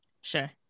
Sure